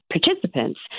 participants